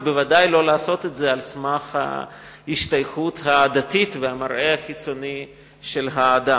ובוודאי לא לעשות את זה על סמך ההשתייכות הדתית והמראה החיצוני של האדם.